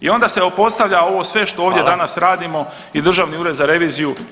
I onda se postavlja ovo sve što ovdje danas radimo [[Upadica Radin: Hvala.]] i Državni ured za reviziju.